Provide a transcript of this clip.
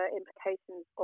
implications